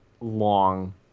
long